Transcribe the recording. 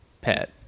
pet